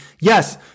Yes